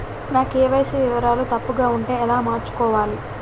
నా కే.వై.సీ వివరాలు తప్పుగా ఉంటే ఎలా మార్చుకోవాలి?